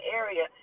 area